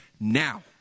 now